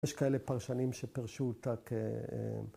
‫יש כאלה פרשנים שפרשו אותה כ...